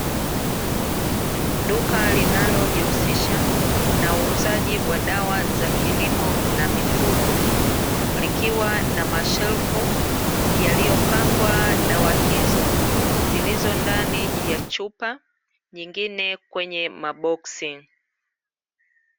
Duka linalojihusisha na uuzaji wa dawa za kilimo na mifugo, likiwa na mashelfu yaliyopangwa dawa hizo zilizo ndani ya chupa, nyingine kwenye maboksi.